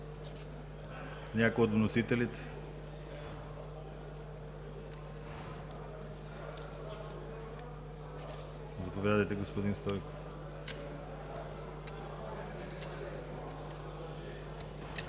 Някой от вносителите? Заповядайте, господин Станков.